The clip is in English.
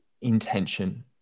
intention